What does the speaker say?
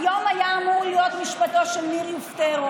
היום היה אמור להיות משפטו של ניר יופטרו,